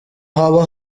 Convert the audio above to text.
haba